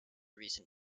recent